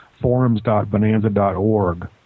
forums.bonanza.org